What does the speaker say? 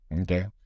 Okay